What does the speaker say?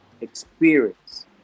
experience